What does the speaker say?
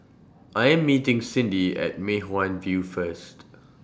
I Am meeting Cindy At Mei Hwan View First